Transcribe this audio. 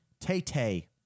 Tay-Tay